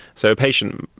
so a patient,